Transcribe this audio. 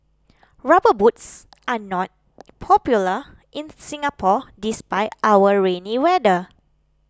rubber boots are not popular in Singapore despite our rainy weather